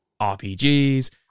RPGs